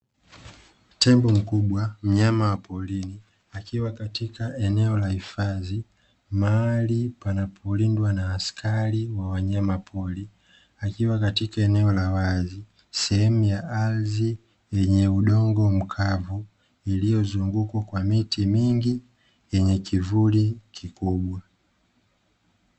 Tembo mkubwa mnyama wa porini akiwa katika eneo la hifadhi, mahali panapolindwa na askari wa wanyama pori, akiwa katika eneo la wazi sehemu ya ardhi yenye udongo mkavu, iliyozungukwa kwa miti mingi yenye kivuli kikubwa.